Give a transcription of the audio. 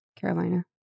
Carolina